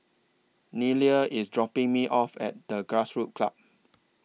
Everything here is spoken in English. Nelia IS dropping Me off At The Grassroots Club